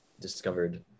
discovered